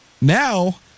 Now